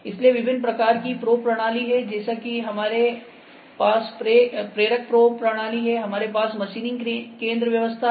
इसलिए विभिन्न प्रकार की प्रोबप्रणाली हैं जैसे कि हमारे पास प्रेरक प्रोब प्रणाली है हमारे पास मशीनिंग केंद्र व्यवस्था है